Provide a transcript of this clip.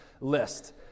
list